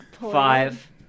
five